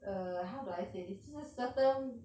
err how do I say this 就是 certain